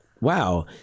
wow